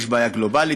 יש בעיה גלובלית.